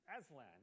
Aslan